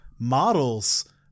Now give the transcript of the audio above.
models